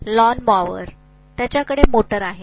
lawnmower त्याच्याकडे motor आहे